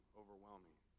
overwhelming